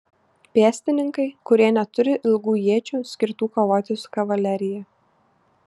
pėstininkai kurie neturi ilgų iečių skirtų kovoti su kavalerija